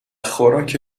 خوراک